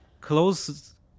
close